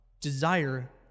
desire